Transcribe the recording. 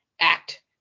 act